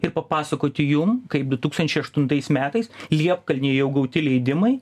ir papasakoti jum kaip du tūkstančiai aštuntais metais liepkalnyje jau gauti leidimai